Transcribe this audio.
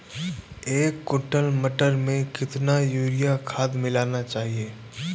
एक कुंटल मटर में कितना यूरिया खाद मिलाना चाहिए?